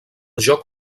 joc